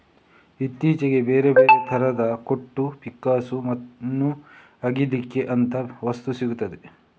ಇತ್ತೀಚೆಗೆ ಬೇರೆ ಬೇರೆ ತರದ ಕೊಟ್ಟು, ಪಿಕ್ಕಾಸು, ಮಣ್ಣು ಅಗೀಲಿಕ್ಕೆ ಅಂತ ವಸ್ತು ಸಿಗ್ತದೆ